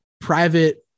private